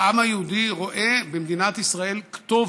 העם היהודי רואה במדינת ישראל כתובת.